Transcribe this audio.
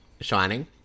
Shining